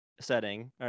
setting